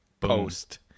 post